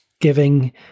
giving